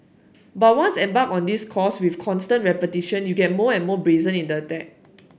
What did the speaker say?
but once embarked on this course with constant repetition you get more and more brazen in the attack